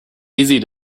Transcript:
easy